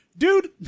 Dude